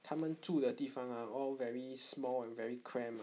他们住的地方 are all very small and very cramp uh